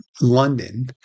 London